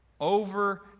Over